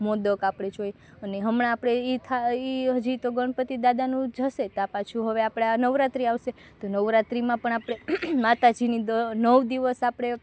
મોદક આપણે જોઈએ અને એમાં હમણાં આપણે એ એ હજી ગણપતિદાદાનું જશે ત્યાર પાછું હવે આપણે આ નવરાત્રી આવશે તો નવરાત્રીમાં પણ આપણે માતાજીની નવ દિવસ આપણે